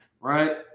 right